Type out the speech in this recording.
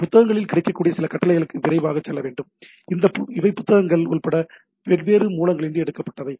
புத்தகங்களில் கிடைக்கக்கூடிய சில கட்டளைகளுக்கு விரைவாகச் செல்ல வேண்டும் இவை புத்தகங்கள் உட்பட வெவ்வேறு மூலங்களிலிருந்து எடுக்கப்பட்டவை